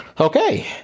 Okay